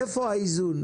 איפה האיזון?